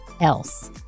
else